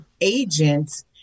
agents